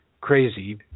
crazy